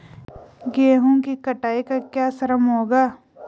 गेहूँ की कटाई का क्या श्रम होगा?